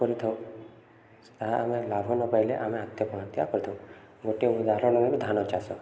କରିଥାଉ ତାହା ଆମେ ଲାଭ ନ ପାଇଲେ ଆମେ ଆତ୍ମହତ୍ୟା କରିଥାଉ ଗୋଟେ ଉଦାହରଣ ନେବୁ ଧାନ ଚାଷ